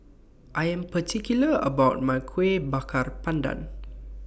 I Am particular about My Kueh Bakar Pandan